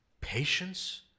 patience